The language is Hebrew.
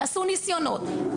ועשו ניסיונות,